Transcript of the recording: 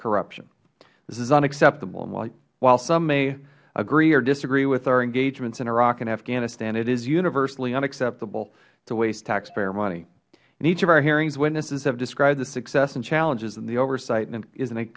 corruption this is unacceptable while some may agree or disagree with our engagements in iraq and afghanistan it is universally unacceptable to waste taxpayer money in each of our hearings witnesses have described the success and challenges and oversight is